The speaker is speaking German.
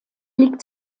liegt